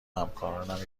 همکاران